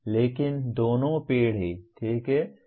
लेकिन दोनों पेड़ हैं ठीक है